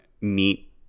meet